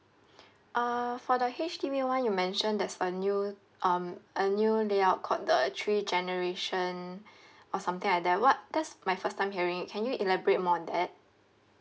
uh for the H_D_B one you mentioned there's a new um a new layout called the three generation or something like that what that's my first time hearing it can you elaborate more on that